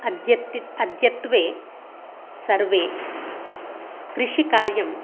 अद्यत्वे अद्यत्वे सर्वे कृषिकार्यं